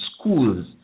schools